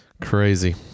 Crazy